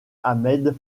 ahmed